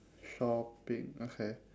shopping okay